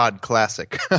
Classic